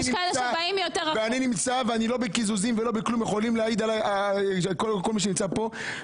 אני לא בקיזוזים אלא נמצא כאן ויכולים להעיד על כך כל מי שנמצא כאן.